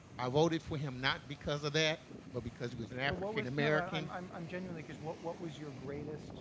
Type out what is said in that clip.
i voted for him not because of that but because it was an african-american i'm i'm genuinely because what what was your greatest